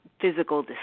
physical